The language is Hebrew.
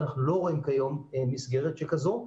אנחנו לא רואים כיום מסגרת שכזו.